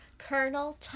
Colonel